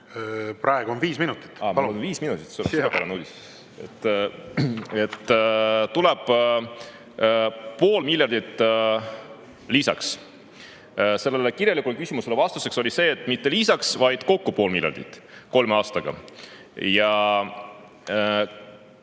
Praegu on viis minutit.